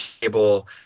table